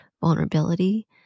vulnerability